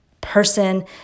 person